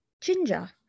ginger